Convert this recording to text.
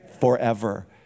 Forever